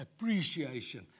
appreciation